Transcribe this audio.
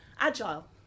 agile